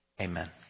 amen